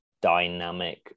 dynamic